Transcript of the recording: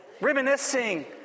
reminiscing